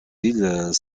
îles